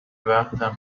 وقتشون